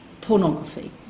pornography